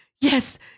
Yes